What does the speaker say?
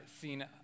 seen